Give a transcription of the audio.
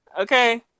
okay